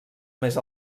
més